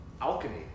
alchemy